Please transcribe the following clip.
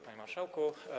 Panie Marszałku!